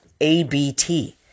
A-B-T